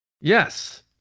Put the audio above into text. Yes